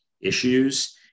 issues